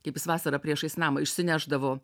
kaip jis vasarą priešais namą išsinešdavo